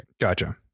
gotcha